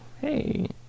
hey